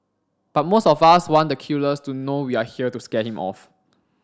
but most of us want the killer to know we are here to scare him off